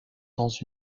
dans